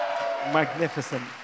magnificent